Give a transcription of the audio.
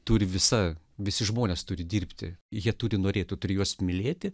turi visa visi žmonės turi dirbti jie turi norėtų trijuose mylėti